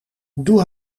doe